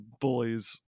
boys